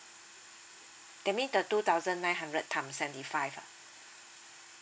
that mean the two thousand nine hundred times seventy five ah